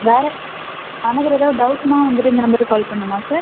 வேறு அனதர் ஏதாவது டவுட்னால் வந்துவிட்டு இந்த நம்பருக்கு கால் பண்ணுமா சார்